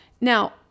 Now